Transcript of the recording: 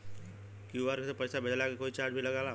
QR से पैसा भेजला के कोई चार्ज भी लागेला?